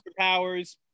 superpowers